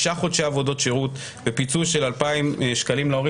חודשי עבודות שירות ופיצוי של 2,000 שקלים להורים.